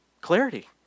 clarity